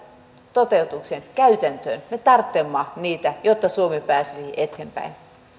toteutukseen käytäntöön me tarvitsemme niitä jotta suomi pääsisi eteenpäin